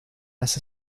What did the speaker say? las